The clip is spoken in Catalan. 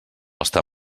estar